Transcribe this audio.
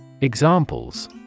Examples